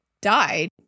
died